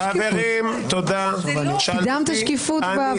אוהבים שקיפות.